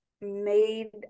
made